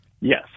Yes